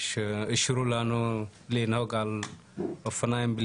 הזה שאישרו לנו לנהוג על אופניים.